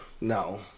No